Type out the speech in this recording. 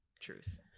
truth